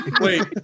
Wait